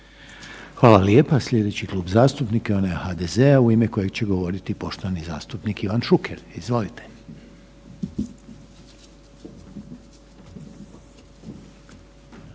Hvala lijepa. Slijedeći Klub zastupnika je onaj HDZ-a u ime kojeg će govoriti poštovani zastupnik Ivan Šuker, izvolite.